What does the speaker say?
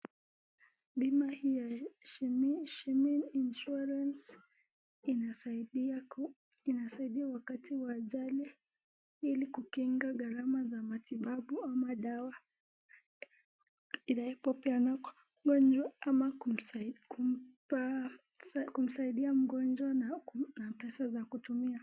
Bima hii ya Shimin Insurance inasaidia ,inasaidia wakati wa ajali ili kukinga gharama za matibabu ama dawa, inapopeanwa kwa mgonjwa ama kumsaidia mgonjwa na pesa za kutumia.